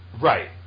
right